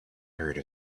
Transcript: heard